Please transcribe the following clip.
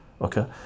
okay